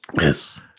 Yes